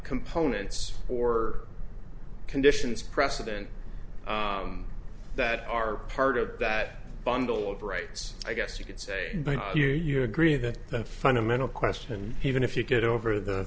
components or conditions precedent that are part of that bundle of rights i guess you could say but here you agree that the fundamental question even if you get over